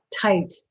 tight